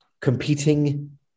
competing